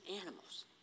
animals